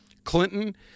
Clinton